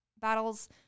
battles